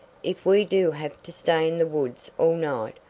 if we do have to stay in the woods all night,